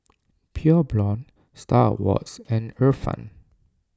Pure Blonde Star Awards and Ifan